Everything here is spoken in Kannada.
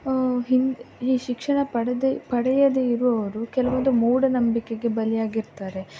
ಹಿಂದ ಈ ಶಿಕ್ಷಣ ಪಡೆದೆ ಪಡೆಯದೆ ಇರುವವರು ಕೆಲವೊಂದು ಮೂಢನಂಬಿಕೆಗೆ ಬಲಿಯಾಗಿರ್ತಾರೆ